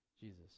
Jesus